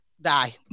Die